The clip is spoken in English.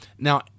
Now